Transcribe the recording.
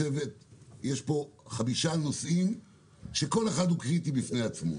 יש פה חמישה נושאים שכל אחד הוא קריטי בפני עצמו,